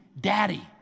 daddy